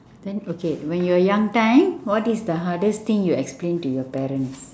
then okay when you were young time what is the hardest thing you explained to your parents